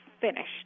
finished